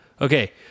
Okay